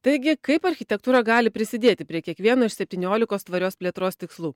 taigi kaip architektūra gali prisidėti prie kiekvieno iš septyniolikos tvarios plėtros tikslų